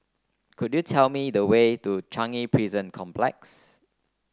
could you tell me the way to Changi Prison Complex